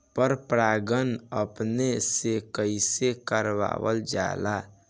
पर परागण अपने से कइसे करावल जाला?